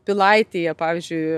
pilaitėje pavyzdžiui